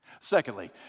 Secondly